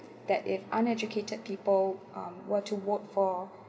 that if uneducated people um were to vote for